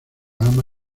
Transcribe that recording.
ama